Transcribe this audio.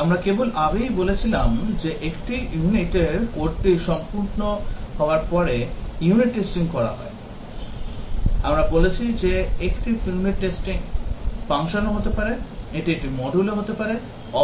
আমরা কেবল আগেই বলেছিলাম যে একটি unit এর কোডটি সম্পূর্ণ হওয়ার পরে unit testing করা হবে আমরা বলেছি যে একটি unit একটি function ও হতে পারে এটি একটি module ও হতে পারে